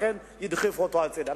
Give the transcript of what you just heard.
ולכן ידחפו אותו הצדה.